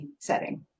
setting